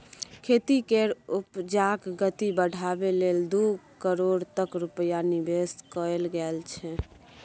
खेती केर उपजाक गति बढ़ाबै लेल दू करोड़ तक रूपैया निबेश कएल गेल छै